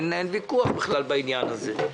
אין ויכוח בכלל בעניין הזה.